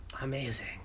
Amazing